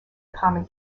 common